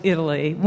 Italy